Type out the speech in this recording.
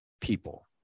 people